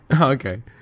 okay